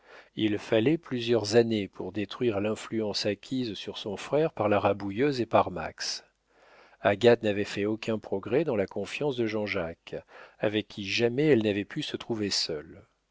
il fallait plusieurs années pour détruire l'influence acquise sur son frère par la rabouilleuse et par max agathe n'avait fait aucun progrès dans la confiance de jean-jacques avec qui jamais elle n'avait pu se trouver seule